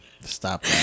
stop